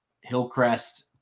Hillcrest